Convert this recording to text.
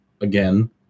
again